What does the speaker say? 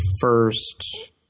first